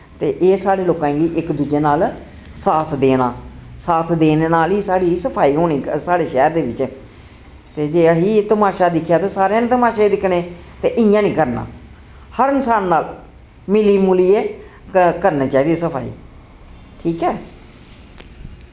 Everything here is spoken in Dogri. ते एह् साढ़े लोकां गी इक दूजे नाल साथ देना साथ देने नाल ही साढ़ी सफाई होनी साढ़े शैह्र दे बिच ते जे असी तमाशा दिक्खेआ ते सारें नै तमाशे दिक्खने ते इयां निं करना हर इंसान नाल मिल्ली मुल्लियै क करने चाहिदी सफाई ठीक ऐ